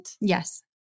Yes